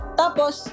tapos